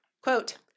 Quote